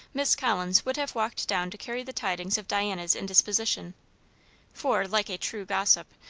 miss collins would have walked down to carry the tidings of diana's indisposition for, like a true gossip,